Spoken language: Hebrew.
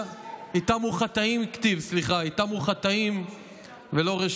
מה חז"ל אמרו?